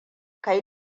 kai